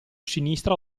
sinistra